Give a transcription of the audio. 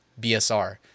BSR